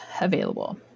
available